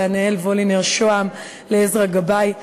ענהאל וולינר-שהם ועזרא גבאי,